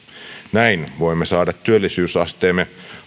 näin voimme saada työllisyysasteemme